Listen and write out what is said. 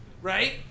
Right